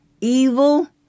evil